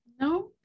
no